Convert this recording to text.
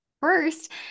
First